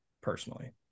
personally